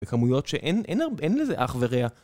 בכמויות שאין לזה אח ורע